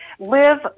Live